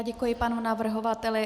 Děkuji panu navrhovateli.